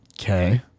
Okay